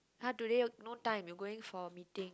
!huh! today no time you going for a meeting